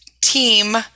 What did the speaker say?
team